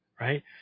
right